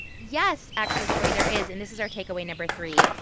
yes, actually, cory, there is. and this is our takeaway number three.